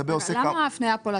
למה יש פה הפניה לטפסים?